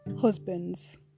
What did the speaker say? husband's